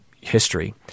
history